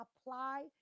apply